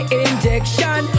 injection